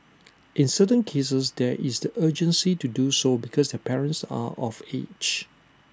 in certain cases there is the urgency to do so because their parents are of age